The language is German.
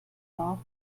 bauch